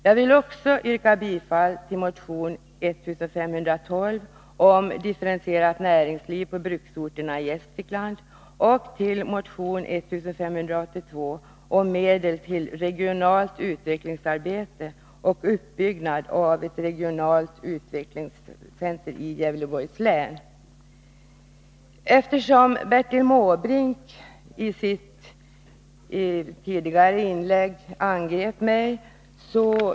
Jag vill också yrka bifall till motion 1512 om ett differentierat näringsliv på bruksorterna i Gästrikland Bertil Måbrink angrep mig i sitt tidigare inlägg.